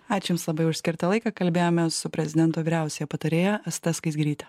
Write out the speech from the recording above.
ačiū jums labai už skirtą laiką kalbėjomės su prezidento vyriausiąja patarėja asta skaisgiryte